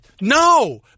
No